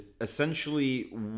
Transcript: essentially